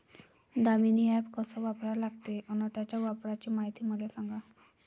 Damini app कस वापरा लागते? अन त्याच्या वापराची मायती मले सांगा